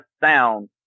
sound